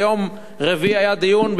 ביום רביעי היה דיון,